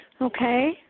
okay